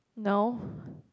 no